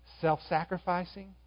self-sacrificing